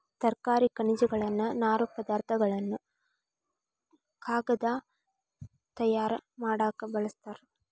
ತರಕಾರಿ ಖನಿಜಗಳನ್ನ ನಾರು ಪದಾರ್ಥ ಗಳನ್ನು ಕಾಗದಾ ತಯಾರ ಮಾಡಾಕ ಬಳಸ್ತಾರ